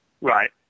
Right